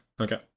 Okay